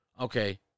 Okay